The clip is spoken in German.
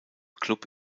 klub